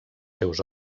seus